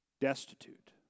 destitute